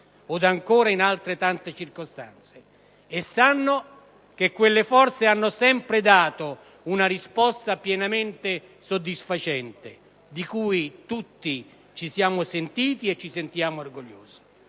o ancora in tante altre circostanze. E sanno che quelle forze hanno sempre dato una risposta pienamente soddisfacente, di cui tutti ci siamo sentiti e ci sentiamo orgogliosi.